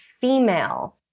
female